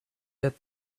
yet